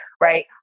right